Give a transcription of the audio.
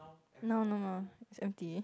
no no no it's empty